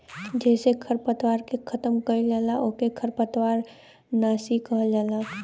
जेसे खरपतवार के खतम कइल जाला ओके खरपतवार नाशी कहल जाला